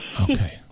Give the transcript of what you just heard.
Okay